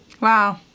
Wow